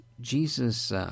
Jesus